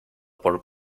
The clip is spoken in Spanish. por